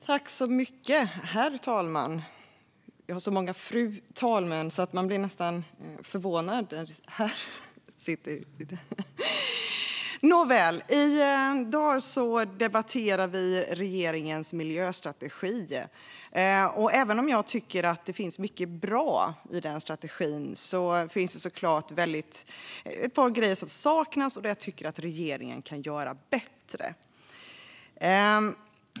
Herr talman! Vi har så många fru talmän att man nästan blir förvånad när det är en herr talman som sitter i stolen! I dag debatterar vi regeringens arbetsmiljöstrategi, och även om jag tycker att det finns mycket bra i strategin finns det såklart ett par grejer som saknas och som jag tycker att regeringen kan göra bättre.